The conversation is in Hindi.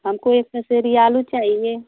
हमको एक पसेरी आलू चाहिए